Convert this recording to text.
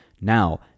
Now